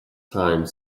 time